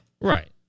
Right